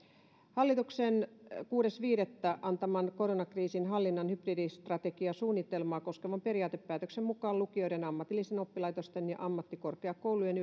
hallituksen kuudes viidettä antaman koronakriisin hallinnan hybridistrategiasuunnitelmaa koskevan periaatepäätöksen mukaan lukioiden ammatillisten oppilaitosten ammattikorkeakoulujen